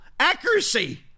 accuracy